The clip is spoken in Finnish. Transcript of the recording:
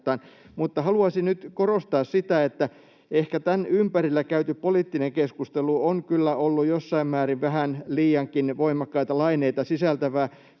haluaisin nyt korostaa sitä, että ehkä tämän ympärillä käyty poliittinen keskustelu on kyllä ollut jossain määrin vähän liiankin voimakkaita laineita sisältävää.